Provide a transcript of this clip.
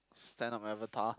stand up avatar